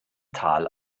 tal